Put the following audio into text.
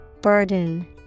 Burden